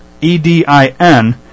E-D-I-N